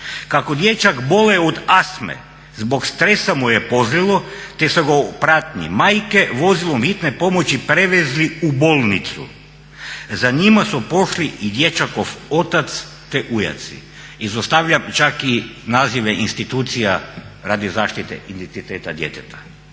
Kako dječak boluje od astme zbog stresa mu je pozlilo te su ga u pratnji majke vozilom Hitne pomoći prevezli u bolnicu. Za njima su pošli i dječakov otac te ujaci." Izostavljam čak i nazive institucija radi zaštite identiteta djeteta.